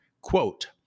Quote